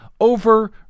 over